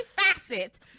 facet